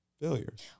failures